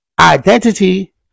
identity